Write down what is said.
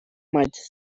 might